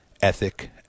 ethic